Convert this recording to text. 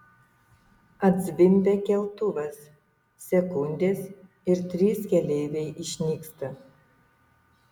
atzvimbia keltuvas sekundės ir trys keleiviai išnyksta